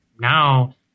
now